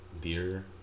beer